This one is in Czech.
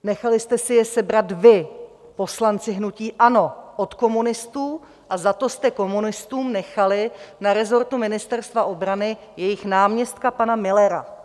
Nechali jste si je sebrat vy, poslanci hnutí ANO, od komunistů a za to jste komunistům nechali na resortu Ministerstva obrany jejich náměstka pana Müllera.